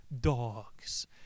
dogs